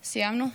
סיימנו?